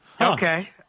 Okay